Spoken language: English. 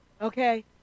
okay